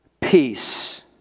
peace